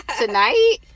tonight